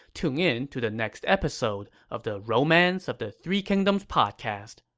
tune in to the next episode of the romance of the three kingdoms podcast.